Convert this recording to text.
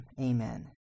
Amen